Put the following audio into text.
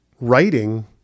writing